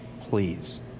please